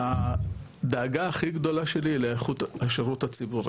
הדאגה הכי גדולה שלי לאיכות השירות הציבורי,